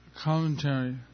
commentary